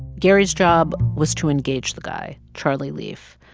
gary's job was to engage the guy, charlie leaf,